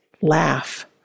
laugh